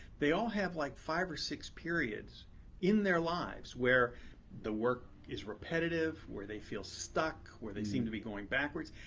they all have like five or six periods in their lives where the work is repetitive, where they feel stuck, where they seem to be going backwards.